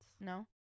No